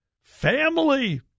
family